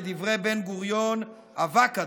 כדברי בן-גוריון, אבק אדם.